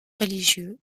religieux